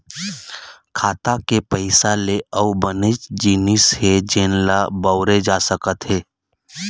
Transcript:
खाता के पइसा ले अउ बनेच जिनिस हे जेन ल बउरे जा सकत हे